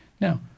Now